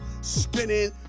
spinning